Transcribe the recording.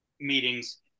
meetings